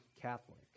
Catholic